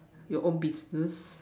your own business